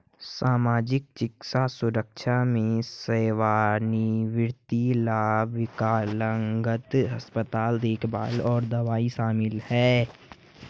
सामाजिक, चिकित्सा सुरक्षा में सेवानिवृत्ति लाभ, विकलांगता, अस्पताल देखभाल और दवाएं शामिल हैं